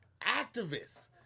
activists